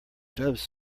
doves